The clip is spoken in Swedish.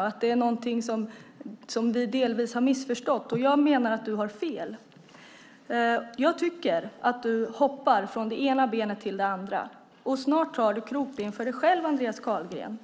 och att det är någonting som vi delvis har missförstått. Jag menar att du har fel. Jag tycker att du hoppar från det ena benet till det andra. Snart gör du krokben för dig själv, Andreas Carlgren.